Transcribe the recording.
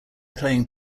playing